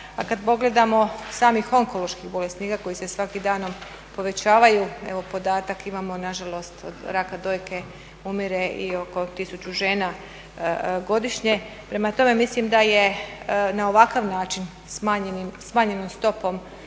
a kad pogledamo sami onkoloških bolesnika koji se svakim danom povećavaju, evo, podatak imamo nažalost od raka dojke umire i oko 1000 žena godišnje, prema tome mislim da je na ovakav način smanjenom stopom